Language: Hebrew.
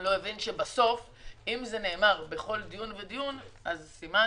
לא הבין שבסוף אם זה נאמר בכל דיון ודיון אז סימן